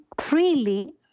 freely